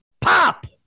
Pop